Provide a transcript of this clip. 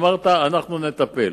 אמרת: אנחנו נטפל.